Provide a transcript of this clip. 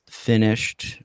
finished